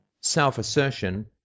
self-assertion